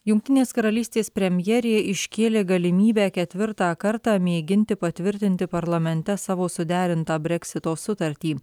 jungtinės karalystės premjerė iškėlė galimybę ketvirtą kartą mėginti patvirtinti parlamente savo suderintą breksito sutartį